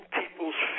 people's